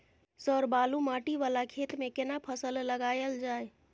Sir बालू माटी वाला खेत में केना फसल लगायल जाय?